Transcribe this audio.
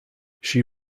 she